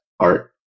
art